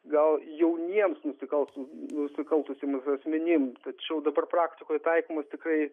gal jauniems nusuklast nusikaltusiem asmenim tačiau dabar praktikoj taikomas tikrai